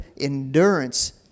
endurance